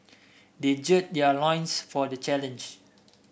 they gird their loins for the challenge